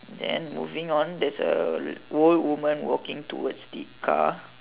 then moving on there's a old woman walking towards the car